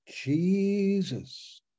Jesus